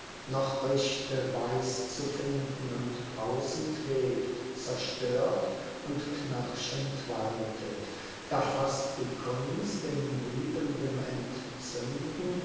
noch richte weiß zu finden und brausend webt zerstört und knirschend waltet da faßt die kunst in liebendem entzünden